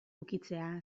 ukitzea